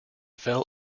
fell